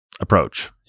approach